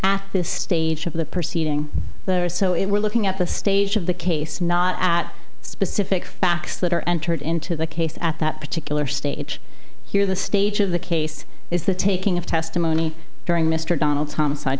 at this stage of the proceeding there are so if we're looking at the stage of the case not at specific facts that are entered into the case at that particular stage here the stage of the case is the taking of testimony during mr donalds homicide